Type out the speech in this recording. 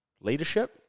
leadership